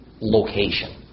location